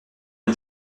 une